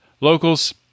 Locals